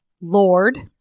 Lord